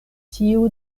tiu